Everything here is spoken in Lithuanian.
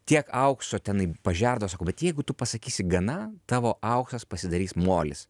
tiek aukso tenai pažerdavo sako bet jeigu tu pasakysi gana tavo auksas pasidarys molis